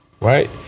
right